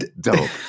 dope